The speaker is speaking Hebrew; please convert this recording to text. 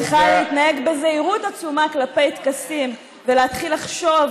צריכה להתנהג בזהירות עצומה כלפי טקסים ולהתחיל לחשוב